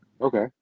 Okay